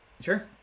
Sure